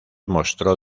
mostró